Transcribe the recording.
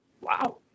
wow